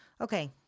okay